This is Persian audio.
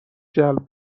جلب